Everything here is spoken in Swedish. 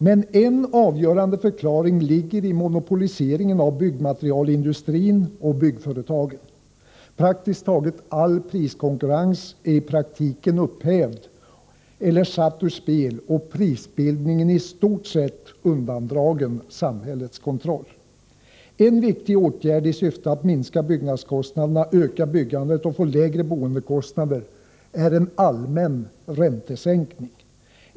Men en avgörande förklaring ligger i monopoliseringen av byggmaterialindustrin och byggföretagen. Praktiskt taget all priskonkurrens är i praktiken upphävd eller satt ur spel, och prisbildningen är i stort sett undandragen samhällets kontroll. En viktig åtgärd i syfte att minska byggnadskostnaderna, öka byggandet och få lägre boendekostnader är en allmän räntesänkning.